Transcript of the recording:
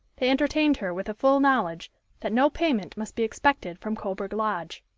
they entertained her with a full knowledge that no payment must be expected from coburg lodge.